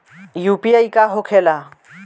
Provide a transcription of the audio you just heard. UPI का होके ला?